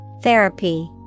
Therapy